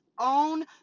own